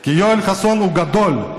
כי יואל חסון הוא גדול.